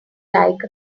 like